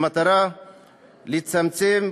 במטרה לצמצם,